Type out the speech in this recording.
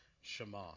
Shema